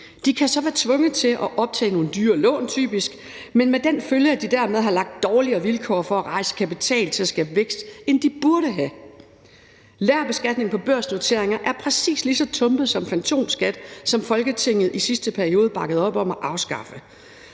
De kan så typisk være tvunget til at optage nogle dyre lån, men med den følge, at de dermed har langt dårligere vilkår for at rejse kapital til at skabe vækst, end de burde have. Lagerbeskatning på børsnoteringer er præcis lige så tumpet som fantomskat, som Folketinget i sidste periode bakkede op om at afskaffe.